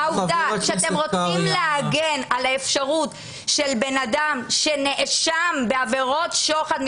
העובדה שאתם רוצים להגן על האפשרות של בן-אדם שנאשם בעבירות שוחד,